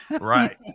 Right